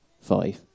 Five